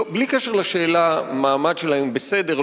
בלי קשר לשאלה אם המעמד שלהם בסדר,